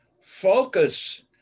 focus